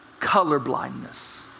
colorblindness